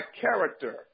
character